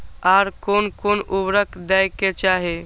आर कोन कोन उर्वरक दै के चाही?